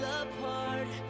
apart